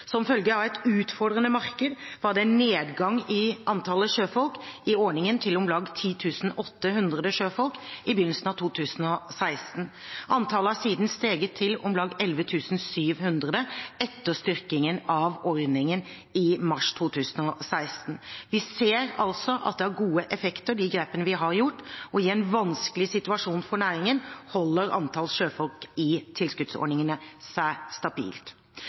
Som følge av et utfordrende marked var det en nedgang i antallet sjøfolk i ordningen, til om lag 10 800 sjøfolk i begynnelsen av 2016. Antallet har siden steget til om lag 11 700 etter styrkingen av ordningen i mars 2016. Vi ser altså at det er gode effekter av grepene vi har gjort. I en vanskelig situasjon for næringen holder antallet sjøfolk i tilskuddsordningen seg stabilt.